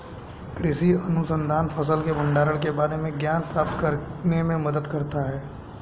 कृषि अनुसंधान फसल के भंडारण के बारे में ज्ञान प्राप्त करने में मदद करता है